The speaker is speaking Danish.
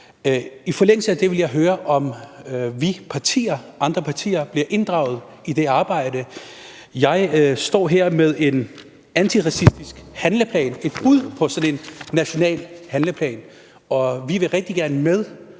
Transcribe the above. I forlængelse af det vil jeg høre, om vi i de andre partier bliver inddraget i det arbejde. Jeg står her med en antiracistisk handleplan, et bud på sådan en national handleplan, og vi vil rigtig gerne være